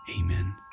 Amen